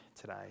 today